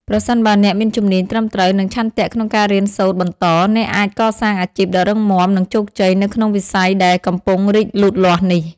ប្រសិនបើអ្នកមានជំនាញត្រឹមត្រូវ និងឆន្ទៈក្នុងការរៀនសូត្របន្ត អ្នកអាចកសាងអាជីពដ៏រឹងមាំ និងជោគជ័យនៅក្នុងវិស័យដែលកំពុងរីកលូតលាស់នេះ។